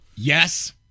Yes